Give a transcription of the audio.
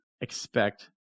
expect